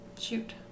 Shoot